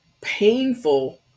painful